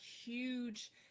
huge